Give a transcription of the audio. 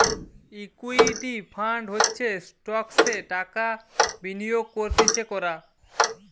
equity fund হচ্ছে স্টকসে টাকা বিনিয়োগ করতিছে কোরা